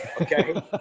okay